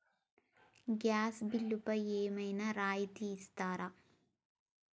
Gas బిల్లుపై ఏమైనా రాయితీ ఇస్తారా?